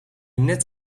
net